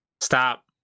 Stop